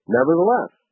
Nevertheless